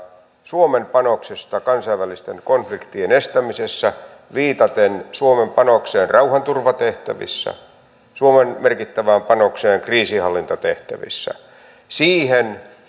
suomen panoksesta kansainvälisten konfliktien estämisessä viitaten suomen panokseen rauhanturvatehtävissä suomen merkittävään panokseen kriisinhallintatehtävissä siihen